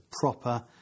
proper